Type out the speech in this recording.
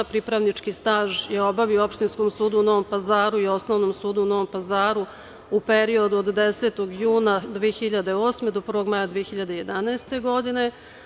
Pripravnički staž je obavio u Opštinskom sudu u Novom Pazaru i Osnovnom sudu u Novom Pazaru u periodu od 10. juna 2008. godine, do 1. maja 2011. godine.